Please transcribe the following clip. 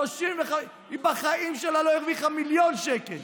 היא בחיים שלה לא הרוויחה מיליון שקל,